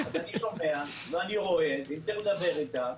אז אני שומע ואני רואה ואם צריך לדבר איתם,